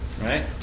Right